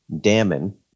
Damon